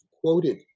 quoted